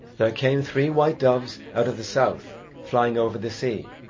there came three white doves out of the south flying over the sea,